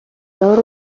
دار